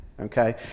Okay